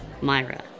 Myra